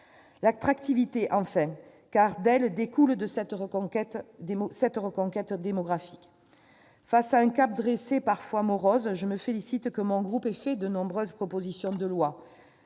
L'attractivité enfin, car c'est d'elle que découle la reconquête démographique. Face à un cap fixé parfois morose, je me félicite que mon groupe ait déposé de nombreuses propositions de loi.